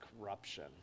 corruption